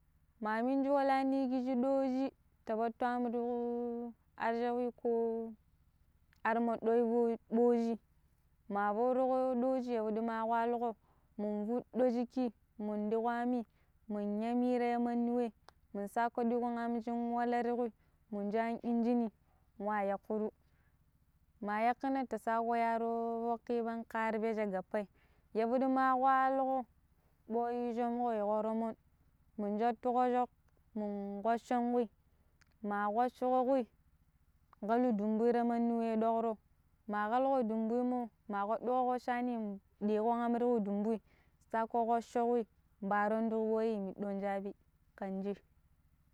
ma minji wala ni kiji ɗoji ta patto am tuƙu ar chauwi ƙo ar moɗɗoi ɓ0-ɓoji ma foruƙo ɗoji yapiɗi ma kpaluƙo mun fuɗɗo chikki mun ɗiƙo ami mun yami ta manni wei mun sako ɗiƙun am chin wala tu kui mun cha̱a̱n injin ni mun yakkuru ma yakkina ta sako ya̱a̱ro foƙƙi pan ƙa̱ ar peje gappai yapini ma kpaluƙo bwei cwamƙo yiiko romon mun chattu kochok mun koccon kui ma koccuko kui kalu dumbui ta mandi wei dokro ma kaluƙo dumbui mun ma koccuko koccani diiƙon am tuƙu dumɓui mo sako kocco kui ɓa̱a̱ron ta bwei miɗɗon chaaɓi ƙan cee.